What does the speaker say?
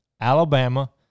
Alabama